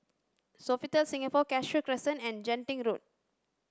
Sofitel Singapore Cashew Crescent and Genting Road